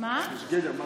יש גדר.